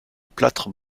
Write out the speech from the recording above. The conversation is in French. plâtre